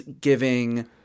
giving